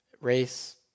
race